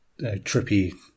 trippy